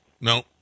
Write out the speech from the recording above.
No